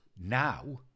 now